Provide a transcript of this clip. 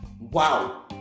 Wow